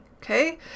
okay